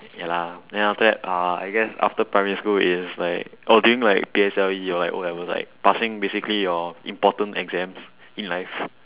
ya lah then after that uh I guess after primary school is like oh during like P_S_L_E or like O levels like passing basically your important exams in life